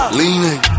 leaning